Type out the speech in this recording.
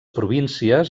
províncies